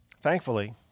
Thankfully